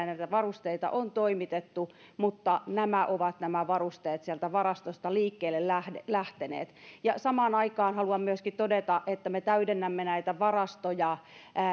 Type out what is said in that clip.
näitä varusteita on toimitettu mutta nämä varusteet ovat sieltä varastoista liikkeelle lähteneet samaan aikana haluan myöskin todeta että me täydennämme näitä varastoja